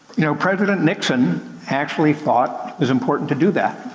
you know president nixon actually thought it was important to do that.